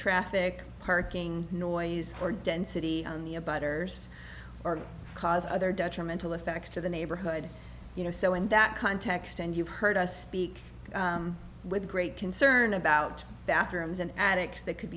traffic parking noise or density on the abiders or cause other detrimental effects to the neighborhood you know so in that context and you've heard us speak with great concern about bathrooms and attics that could